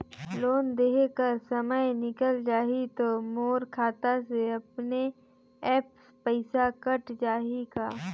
Loan देहे कर समय निकल जाही तो मोर खाता से अपने एप्प पइसा कट जाही का?